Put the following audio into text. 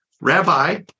Rabbi